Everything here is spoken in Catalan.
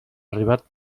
arribat